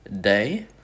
day